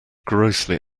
grossly